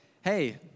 hey